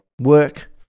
work